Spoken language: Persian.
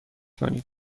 کنید